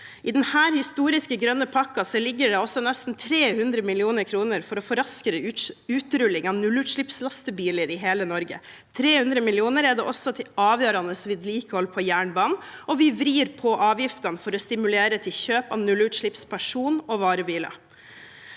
I denne historiske, grønne pakken ligger det også nesten 300 mill. kr for å få raskere utrulling av nullutslippslastebiler i hele Norge. Det er også 300 mill. kr til avgjørende vedlikehold på jernbanen, og vi vrir på avgiftene for å stimulere til kjøp av nullutslippsperson- og varebiler.